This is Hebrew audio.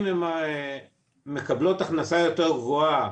אם הן מקבלות הכנסה יותר גבוהה,